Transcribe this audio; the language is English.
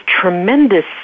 tremendous